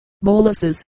boluses